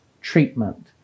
treatment